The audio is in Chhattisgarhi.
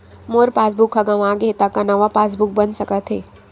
मोर पासबुक ह गंवा गे हे त का नवा पास बुक बन सकथे?